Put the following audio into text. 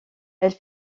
elle